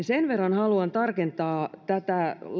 sen verran haluan tarkentaa tätä